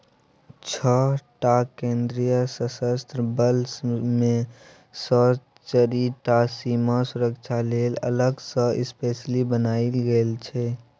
छअ टा केंद्रीय सशस्त्र बल मे सँ चारि टा सीमा सुरक्षा लेल अलग सँ स्पेसली बनाएल गेल छै